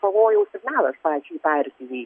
pavojaus signalas pačiai partijai